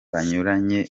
banyuranye